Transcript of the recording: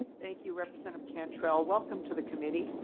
thank you representative cantrell. welcome to the committee.